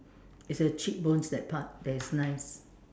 it's the cheek bones that part that is nice